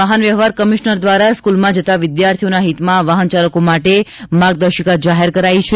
વાહનવ્યવહાર કમિશનર દ્વારા સ્કૂલમાં જતા વિદ્યાર્થીઓના હિતમાં વાહનચાલકો માટે માર્ગદર્શિકા જાહેર કરાઈ છે